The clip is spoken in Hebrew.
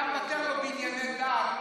אתה מוותר לו בענייני דת,